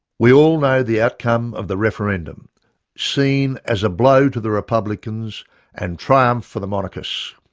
we all know the outcome of the referendum seen as a blow to the republicans and triumph for the monarchists.